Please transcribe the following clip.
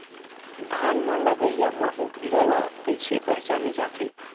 धान म लगईया माहु कीरा ल कइसे पहचाने जाथे?